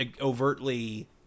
overtly